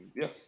Yes